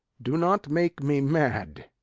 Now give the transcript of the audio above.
do not make me mad.